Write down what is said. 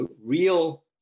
real